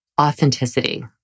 authenticity